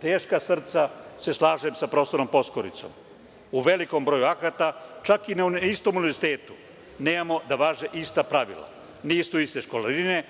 Teška srca se slažem sa profesorom Poskuricom, u velikom broju akata čak i na istom univerzitetu nemamo da važe ista pravila, nisu iste školarine,